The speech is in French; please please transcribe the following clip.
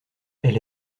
elle